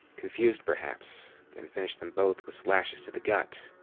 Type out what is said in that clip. confused perhaps, then finished them both with slashes to the gut.